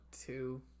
two